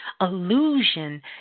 illusion